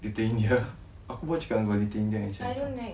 little india aku baru cakap little india and chinatown